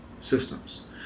systems